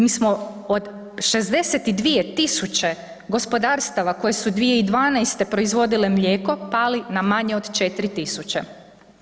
Mi smo od 62 tisuće gospodarstava koje su 2012. proizvodile mlijeko, pali na manje od 4 tisuće.